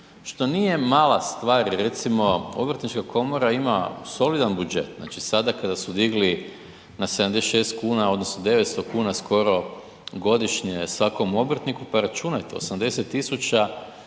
što nije mala stvar jer recimo Obrtnička komora ima solidan budžet, znači sada kada su digli na 76 kn odnosno 900 kn skoro godišnje svakom obrtniku pa računajte 80 000